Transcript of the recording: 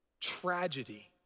tragedy